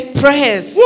prayers